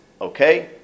okay